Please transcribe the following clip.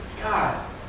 God